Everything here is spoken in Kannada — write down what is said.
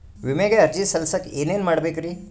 ವಿಮೆಗೆ ಅರ್ಜಿ ಸಲ್ಲಿಸಕ ಏನೇನ್ ಮಾಡ್ಬೇಕ್ರಿ?